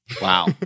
Wow